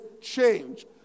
change